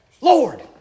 Lord